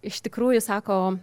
iš tikrųjų sako